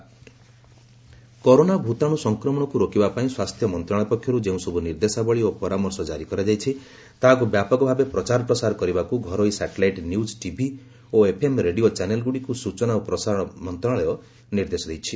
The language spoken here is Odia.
ଆଇବି ଆଡ୍ଭାଇଜରୀ କରୋନା କରୋନା ଭୂତାଣୁ ସଫକ୍ରମଣକୁ ରୋକିବା ପାଇଁ ସ୍ୱାସ୍ଥ୍ୟ ମନ୍ତ୍ରଣାଳୟ ପକ୍ଷରୁ ଯେଉଁ ସବୁ ନିର୍ଦ୍ଦେଶାବଳୀ ଓ ପରାମର୍ଶ ଜାରି କରାଯାଇଛି ତାହାକୁ ବ୍ୟାପକ ଭାବେ ପ୍ରଚାର ପ୍ରସାର କରିବାକୁ ଘରୋଇ ସାଟେଲାଇଟ୍ ନିଉଜ୍ ଟିଭି ଓ ଏଫ୍ଏମ୍ ରେଡିଓ ଚ୍ୟାନେଲଗୁଡ଼ିକୁ ସୂଚନା ଓ ପ୍ରସାରଣ ମନ୍ତ୍ରଣାଳୟ ନିର୍ଦ୍ଦେଶ ଦେଇଛି